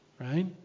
right